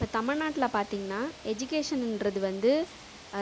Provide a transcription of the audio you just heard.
இப்போ தமிழ்நாட்டில் பார்த்திங்கனா எஜுகேஷன்றது வந்து